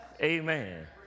amen